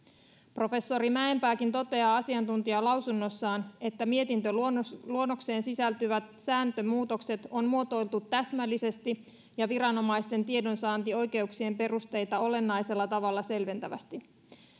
professori mäenpääkin toteaa asiantuntijalausunnossaan että mietintöluonnokseen sisältyvät sääntömuutokset on muotoiltu täsmällisesti ja viranomaisten tiedonsaantioikeuksien perusteita olennaisella tavalla selventävästi